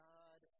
God